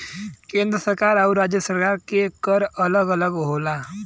केंद्र सरकार आउर राज्य सरकार के कर अलग अलग होला